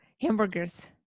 Hamburgers